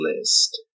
list